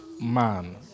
man